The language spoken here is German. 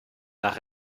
nach